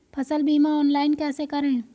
फसल बीमा ऑनलाइन कैसे करें?